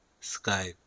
Skype